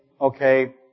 okay